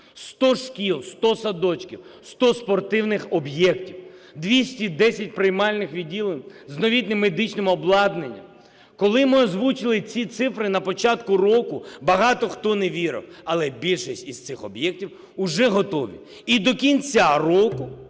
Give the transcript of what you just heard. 100 шкіл, 100 садочків, 100 спортивних об'єктів; 210 приймальних відділень з новітнім медичним обладнанням. Коли ми озвучили ці цифри на початку року, багато хто не вірив, але більшість із цих об'єктів уже готові. І до кінця року,